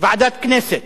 ועדת הכנסת.